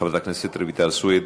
חברת הכנסת רויטל סויד,